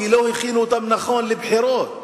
כי לא הכינו אותם נכון לבחירות,